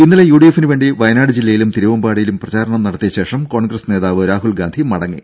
ഇന്നലെ യുഡിഎഫിന് വേണ്ടി വയനാട് ജില്ലയിലും തിരുവമ്പാടിയിലും പ്രചാരണം നടത്തിയ ശേഷം കോൺഗ്രസ് നേതാവ് രാഹുൽ ഗാന്ധി മടങ്ങി